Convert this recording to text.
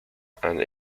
and